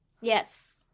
Yes